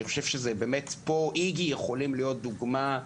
פה איג"י יכולים להיות דוגמה.